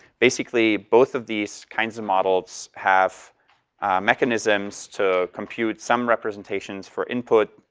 basically, both of these kinds of models have mechanisms to compute some representations for input,